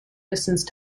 distance